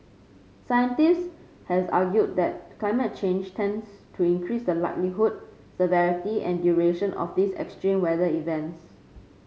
scientists has argued that climate change tends to increase the likelihood severity and duration of these extreme weather events